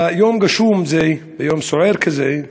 ביום גשום זה, ביום סוער כזה,